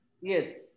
yes